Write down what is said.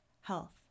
health